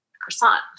croissant